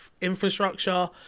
infrastructure